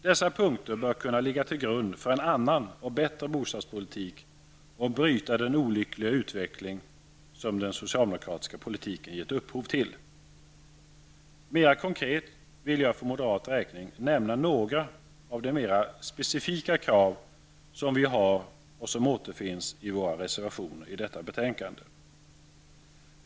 Dessa punkter bör kunna ligga till grund för en annan och bättre bostadspolitik och bryta den olyckliga utveckling som den socialdemokratiska politiken gett upphov till. Mera konkret vill jag för moderat räkning nämna några av de mera specifika krav som vi har och som återfinns i våra reservationer i detta betänkande.